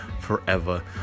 forever